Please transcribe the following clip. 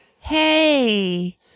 Hey